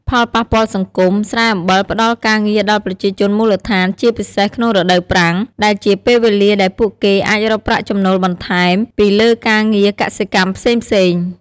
ផលប៉ះពាល់សង្គម ស្រែអំបិលផ្តល់ការងារដល់ប្រជាជនមូលដ្ឋាន ជាពិសេសក្នុងរដូវប្រាំង ដែលជាពេលវេលាដែលពួកគេអាចរកប្រាក់ចំណូលបន្ថែមពីលើការងារកសិកម្មផ្សេងៗ។